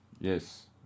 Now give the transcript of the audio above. Yes